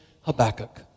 Habakkuk